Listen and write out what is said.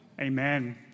Amen